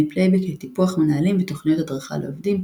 פלייבק לטיפוח מנהלים ותוכניות הדרכה לעובדים,